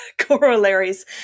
Corollaries